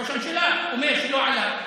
ראש הממשלה אומר שלא עלה.